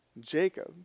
Jacob